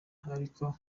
ariko